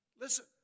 Listen